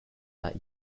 that